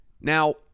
Now